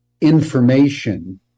information